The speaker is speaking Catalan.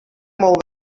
molt